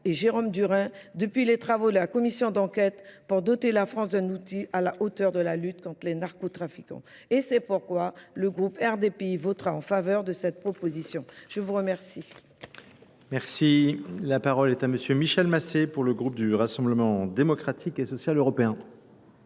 et Jérôme Durin depuis les travaux de la Commission d'enquête pour doter la France d'un outil à la hauteur de la lutte contre les narcotrafiquants. Et c'est pourquoi le groupe RDP votera en faveur de cette proposition. Je vous remercie.